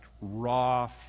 raw